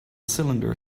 cylinder